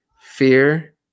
fear